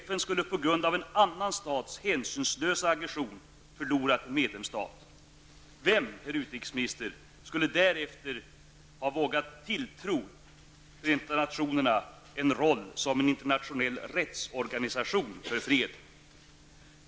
FN skulle på grund av en annan stats hänsynslösa aggression ha förlorat en medlemsstat. Vem, herr utrikesminister, skulle därefter ha vågat tilltro Förenta Nationerna en roll som en internationell rättsorganisation för fred?